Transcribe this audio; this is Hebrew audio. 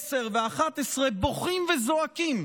עשר ו-11 בוכים וזועקים